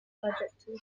adjectives